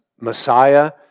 Messiah